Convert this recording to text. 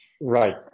Right